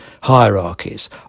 hierarchies